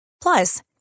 Plus